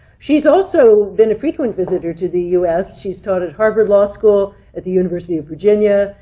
she's also been a frequent visitor to the us. she's taught at harvard law school, at the university of virginia,